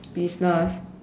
business